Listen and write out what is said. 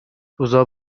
روزا